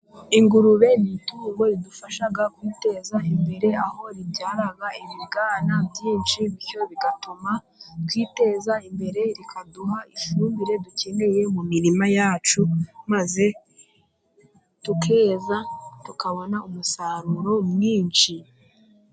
Ingurube ni itungo ridufasha kwiteza imbere, aho ribyara ibibwana byinshi bityo bigatuma twiteza imbere. Rikaduha ifumbire dukeneye mu mirima yacu, maze tukeza tukabona umusaruro mwinshi.